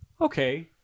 Okay